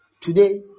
Today